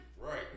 Right